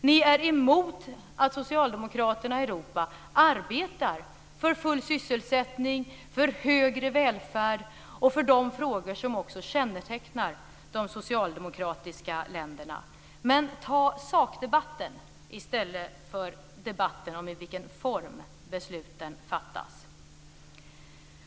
Ni är emot att socialdemokraterna i Europa arbetar för full sysselsättning, högre välfärd och för de frågor som kännetecknar de socialdemokratiska ländernas politik. Men ta sakdebatten i stället för debatten om i vilken form besluten fattas!